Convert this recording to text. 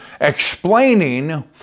explaining